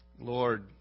Lord